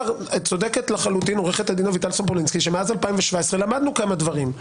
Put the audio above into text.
צודקת לחלוטין עורכת הדין אביטל סומפולינסקי שמאז 2017 למדנו כמה דברים,